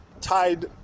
tied